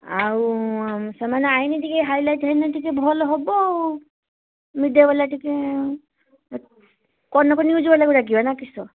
ଆଉ ସେମାନେ ଆଇନେ ଟିକିଏ ହାଇଲାଇଟ୍ ହେନେ ଟିକିଏ ଭଲହେବ ଆଉ ମିଡ଼ିଆବାଲା ଟିକିଏ କନକ ନିଉଜ୍ ବାଲାକୁ ଡାକିବା ନା କିସ